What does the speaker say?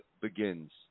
begins